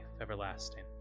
everlasting